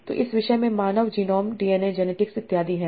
तो इस विषय में मानव जीनोम डीएनए जेनेटिक्स इत्यादि है